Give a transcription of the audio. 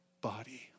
body